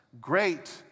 Great